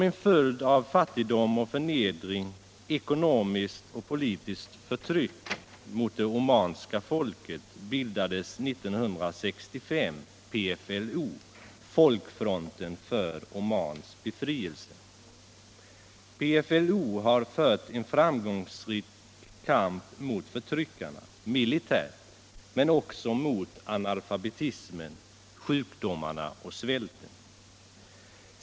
140 för Omans befrielse). PFLO har fört en framgångsrik kamp mot förtryckarna, militärt, men också mot analfabetismen, sjukdomarna och svälten.